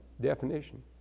definition